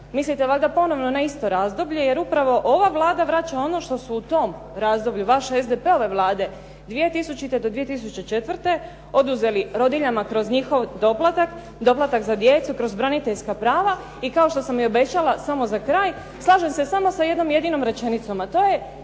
Mislite valjda ponovno na isto razdoblje jer upravo ova Vlada vraća ono što su u tom razdoblju vaše SDP-ove Vlade 2000.-2004. oduzeli rodiljama kroz njihov doplatak, doplatak za djecu, kroz braniteljska prava. I kao što sam i obećala samo za kraj, slažem se samo sa jednom jedinom rečenicom a to je: